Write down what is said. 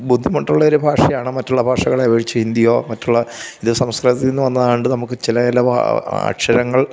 ബുദ്ധിമുട്ടുള്ള ഒരു ഭാഷയാണ് മറ്റുള്ള ഭാഷകളെ അപേക്ഷിച്ച് ഹിന്ദിയോ മറ്റുള്ള ഇത് സംസ്കൃതത്തിൽ നിന്ന് വന്നതായോണ്ട് നമുക്ക് ചില ചില വാക്ക് അക്ഷരങ്ങൾ